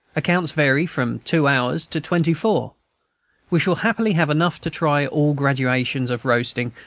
accounts vary from two hours to twenty-four. we shall happily have enough to try all gradations of roasting,